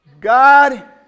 God